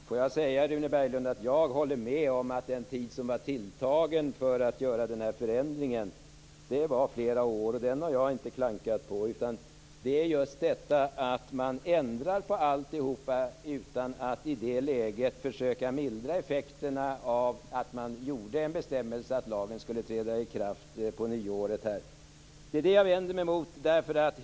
Herr talman! Rune Berglund, jag håller med om att den tilltagna tiden för att göra den här förändringen var flera år. Det har jag inte klankat på. I stället handlar det om att man ändrar på allting utan att i det läget försöka mildra effekterna av bestämmelsen om att lagen skulle träda i kraft nu på nyåret. Detta vänder jag mig emot.